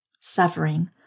Suffering